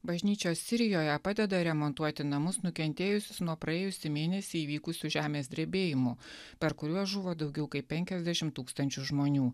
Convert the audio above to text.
bažnyčios sirijoje padeda remontuoti namus nukentėjusius nuo praėjusį mėnesį įvykusių žemės drebėjimų per kuriuos žuvo daugiau kaip penkiasdešim tūkstančių žmonių